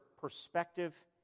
perspective